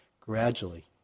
gradually